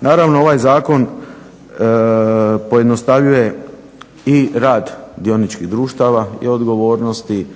Naravno ovaj zakon pojednostavljuje i rad dioničkih društava i odgovornosti